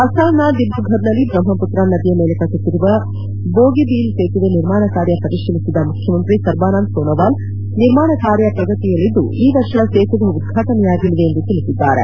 ಅಸ್ಲಾಂನ ದಿಬ್ರುಫರ್ನಲ್ಲಿ ಬ್ರಹ್ಮಪ್ರಾ ನದಿಯ ಮೇಲೆ ಕಟ್ಟುತ್ತಿರುವ ಬೋಗಿಬೀಲ್ ಸೇತುವೆ ನಿರ್ಮಾಣ ಕಾರ್ತ ಪರಿಶೀಲಿಸಿದ ಮುಖ್ಯಮಂತ್ರಿ ಸರ್ಬಾನಂದ್ ಸೋನೋವಾಲ್ ನಿರ್ಮಾಣ ಕಾರ್ಯ ಪ್ರಗತಿಯಲ್ಲಿದ್ದು ಈ ವರ್ಷ ಸೇತುವೆ ಉದ್ವಾಟನೆಯಾಗಲಿದೆ ಎಂದು ತಿಳಿಸಿದ್ದಾರೆ